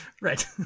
right